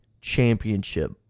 Championship